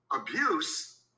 Abuse